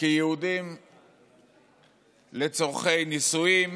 כיהודים לצורכי נישואין,